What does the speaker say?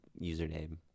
username